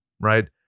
Right